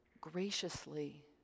graciously